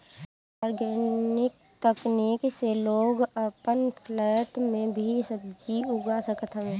organic तकनीक से लोग अपन फ्लैट में भी सब्जी उगा सकत हवे